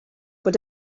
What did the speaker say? bod